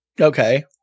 Okay